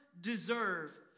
deserve